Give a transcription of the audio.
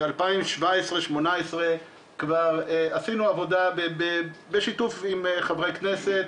ב-2017-2018 כבר עשינו עבודה בשיתוף עם חברי כנסת,